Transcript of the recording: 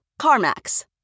CarMax